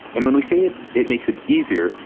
and when we say it it makes it easier,